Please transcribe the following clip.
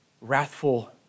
wrathful